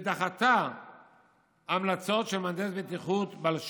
ודחתה המלצות של מהנדס בטיחות בעל שם,